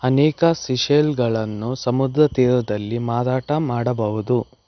ಅನೇಕ ಸೀ ಶೆಲ್ಗಳನ್ನು ಸಮುದ್ರ ತೀರದಲ್ಲಿ ಮಾರಾಟ ಮಾಡಬಹುದು